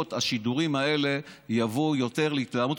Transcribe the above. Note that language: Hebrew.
השידורים האלה יביאו ליותר התלהמות,